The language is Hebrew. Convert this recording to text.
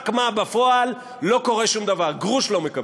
רק מה, בפועל לא קורה שום דבר, גרוש לא מקבלים.